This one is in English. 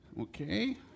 Okay